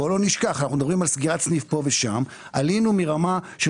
בואו לא נשכח - אנחנו מדברים עלן סגירת סניף פה ושם - שעלינו מרמה של